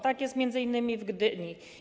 Tak jest m.in. w Gdyni.